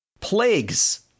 Plagues